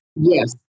Yes